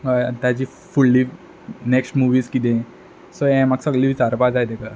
ताची फुडली next movies कितें सो हें म्हाक सगळें विचारपा जाय तेका